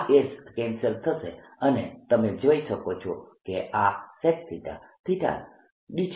આ s cancel થશે અને તમે જોઈ શકો છો કે આ secθ